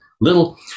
little